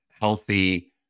healthy